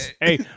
Hey